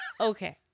Okay